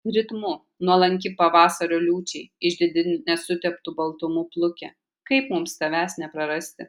ritmu nuolanki pavasario liūčiai išdidi nesuteptu baltumu pluke kaip mums tavęs neprarasti